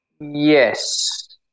Yes